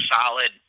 solid